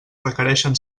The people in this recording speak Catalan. requereixen